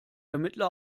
ermittler